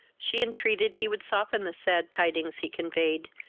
she entreated he would soften the sad tidings he conveyed,